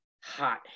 hot